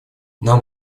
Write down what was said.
нам